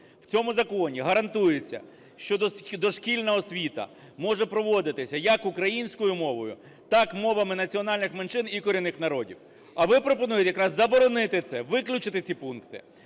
В цьому законі гарантується, що дошкільна освіта може проводитися як українською мовою, так і мовами національних меншин і корінних народів. А ви пропонуєте якраз заборонити це, виключити ці пункти.